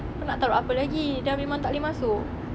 kau nak taruk apa lagi dah memang tak boleh masuk